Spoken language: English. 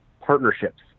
partnerships